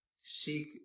seek